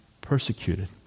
persecuted